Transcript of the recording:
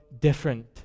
different